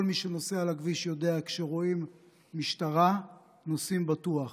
כל מי שנוסע על הכביש יודע: כשרואים משטרה נוסעים בטוח,